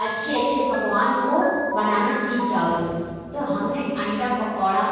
اچھے اچھے پکوان کو بنانا سیکھ جاؤ گی تو ہم نے انڈا پکوڑا